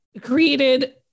created